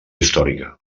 històrica